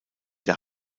der